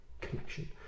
connection